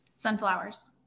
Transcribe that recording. sunflowers